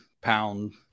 pound